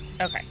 Okay